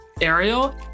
Ariel